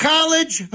College